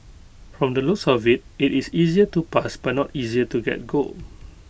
from the looks of IT it is easier to pass but not easier to get gold